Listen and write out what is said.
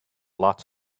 lots